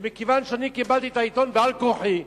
ומכיוון שאני קיבלתי את העיתון על כורחי,